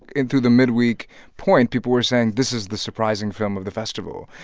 and through the midweek point people were saying, this is the surprising film of the festival.